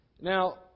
Now